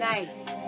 Nice